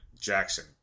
Jackson